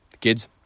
Kids